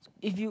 if you